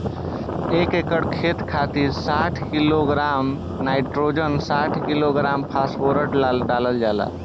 एक एकड़ खेत खातिर साठ किलोग्राम नाइट्रोजन साठ किलोग्राम फास्फोरस डालल जाला?